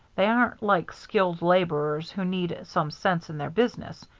they aren't like skilled laborers who need some sense in their business.